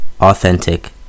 authentic